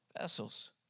vessels